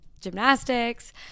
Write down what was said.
gymnastics